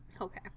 Okay